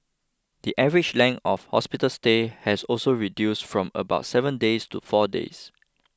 the average length of hospital stay has also reduced from about seven days to four days